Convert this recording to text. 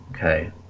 Okay